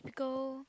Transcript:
the goal